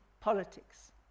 politics